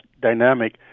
dynamic